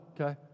okay